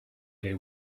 day